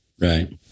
right